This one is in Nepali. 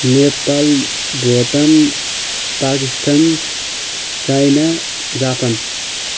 नेपाल भोटाङ पाकिस्तान चाइना जापान